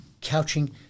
couching